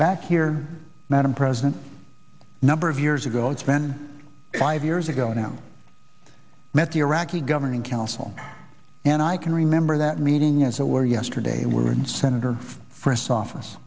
back here madam president number of years ago it's been five years ago now i met the iraqi governing council and i can remember that meeting as it were yesterday were in senator frist office